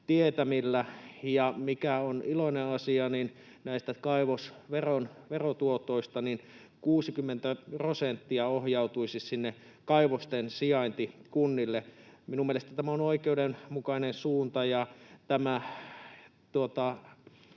tietämillä, ja on iloinen asia, että näistä kaivosverotuotoista 60 prosenttia ohjautuisi sinne kaivosten sijaintikunnille. Minun mielestäni tämä on oikeudenmukainen suunta,